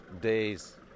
days